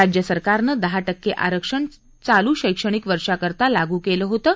राज्यसरकारनं दहा टक्के आरक्षण चालू शैक्षणिक वर्षाकरता लागू केलं होतं